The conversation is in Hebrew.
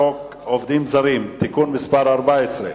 עובדים זרים (תיקון מס' 14)